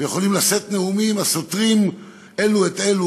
ויכולים לשאת נאומים הסותרים אלו את אלו